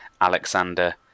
Alexander